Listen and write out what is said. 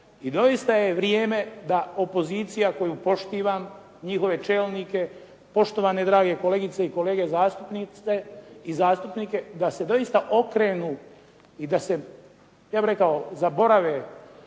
i doista je vrijeme da opozicija koju poštivam, njihove čelnike, poštovane drage kolegice i kolege zastupnice i zastupnike, da se doista okrenu i da se, ja bih rekao, zaborave